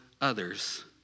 others